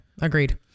Agreed